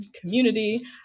community